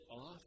off